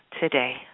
today